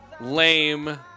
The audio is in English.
lame